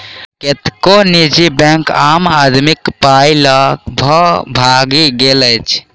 कतेको निजी बैंक आम आदमीक पाइ ल क भागि गेल अछि